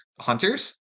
hunters